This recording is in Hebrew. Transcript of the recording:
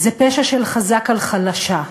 זה פשע של חזק על חלשה,